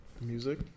music